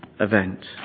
event